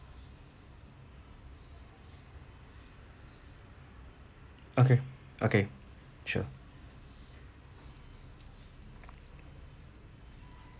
okay okay sure